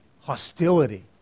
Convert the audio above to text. hostility